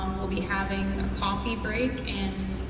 we'll be having a coffee break in